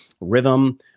rhythm